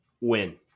Win